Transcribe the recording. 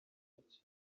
gace